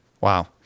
Wow